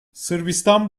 sırbistan